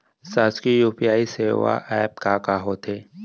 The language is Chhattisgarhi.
शासकीय यू.पी.आई सेवा एप का का होथे?